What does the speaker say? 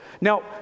Now